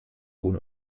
ohne